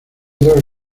dos